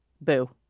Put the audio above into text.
boo